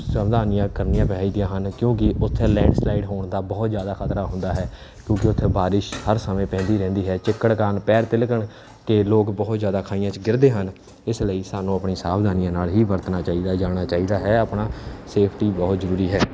ਸਾਵਧਾਨੀਆਂ ਕਰਨੀਆਂ ਚਾਹੀਦੀਆਂ ਹਨ ਕਿਉਂਕਿ ਉੱਥੇ ਲੈਂਡ ਸਲਾਈਡ ਹੋਣ ਦਾ ਬਹੁਤ ਜ਼ਿਆਦਾ ਖ਼ਤਰਾ ਹੁੰਦਾ ਹੈ ਕਿਉਂਕਿ ਉੱਥੇ ਬਾਰਿਸ਼ ਹਰ ਸਮੇਂ ਪੈਂਦੀ ਰਹਿੰਦੀ ਹੈ ਚਿੱਕੜ ਕਾਰਨ ਪੈਰ ਤਿਲਕਣ ਕੇ ਲੋਕ ਬਹੁਤ ਜ਼ਿਆਦਾ ਖਾਈਆਂ 'ਚ ਗਿਰਦੇ ਹਨ ਇਸ ਲਈ ਸਾਨੂੰ ਆਪਣੀ ਸਾਵਧਾਨੀਆਂ ਨਾਲ ਹੀ ਵਰਤਣਾ ਚਾਹੀਦਾ ਜਾਣਾ ਚਾਹੀਦਾ ਹੈ ਆਪਣਾ ਸੇਫਟੀ ਬਹੁਤ ਜ਼ਰੂਰੀ ਹੈ